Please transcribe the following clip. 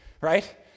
right